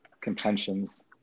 contentions